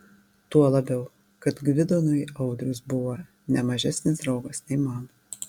tuo labiau kad gvidonui audrius buvo ne mažesnis draugas nei man